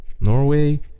Norway